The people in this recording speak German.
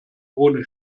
ohne